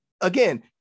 again